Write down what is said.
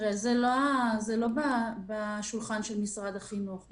זה לא בשולחן של משרד החינוך.